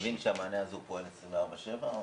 המענה הזה פועל 24/7?